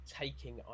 taking